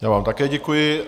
Já vám také děkuji.